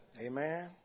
Amen